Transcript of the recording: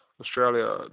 Australia